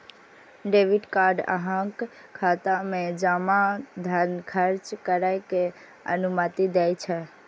debit card अहांक खाता मे जमा धन खर्च करै के अनुमति दै छै